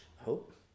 hope